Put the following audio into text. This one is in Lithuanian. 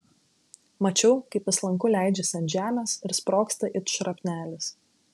mačiau kaip jis lanku leidžiasi ant žemės ir sprogsta it šrapnelis